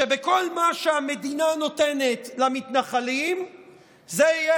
שכל מה שהמדינה נותנת למתנחלים יהיה